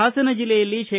ಹಾಸನ ಜಲ್ಲೆಯಲ್ಲಿ ಶೇ